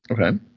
Okay